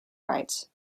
rights